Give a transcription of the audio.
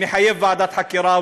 מחייב ועדת חקירה,